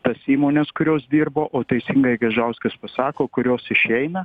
tas įmones kurios dirba o teisingai gaižauskas pasako kurios išeina